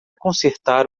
consertar